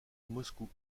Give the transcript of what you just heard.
moscou